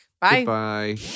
Bye